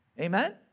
Amen